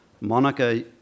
Monica